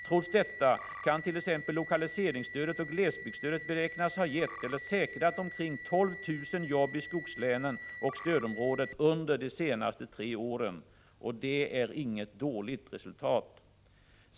Trots detta kan t.ex. lokaliseringsstödet och glesbygdsstödet beräknas ha gett eller säkrat omkring 12 000 jobb i skogslänen och stödområdet under de senaste tre åren. Det är inget dåligt resultat.